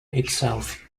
itself